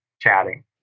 chatting